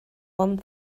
one